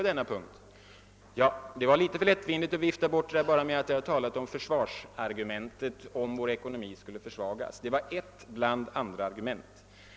Det var litet för lättvindigt att vifta bort det med att påstå att jag bara nämnt försvarsargumentet, om vår ekonomi skulle försvagas. Det var ett bland andra argument.